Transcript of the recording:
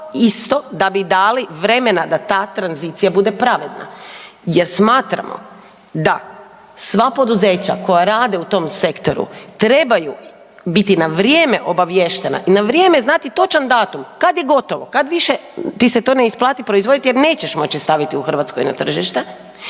isto da bi dali vremena da ta tranzicija bude pravedna jer smatramo da sva poduzeća koja rade u tom sektoru trebaju biti na vrijeme obaviještena i na vrijeme znati točan datum, kad je gotovo, kad više ti se to ne isplati proizvoditi jer nećeš moći staviti u Hrvatskoj na tržište